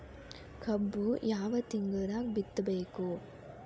ಕಬ್ಬು ಯಾವ ತಿಂಗಳದಾಗ ಬಿತ್ತಬೇಕು?